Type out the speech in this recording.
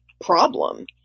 problem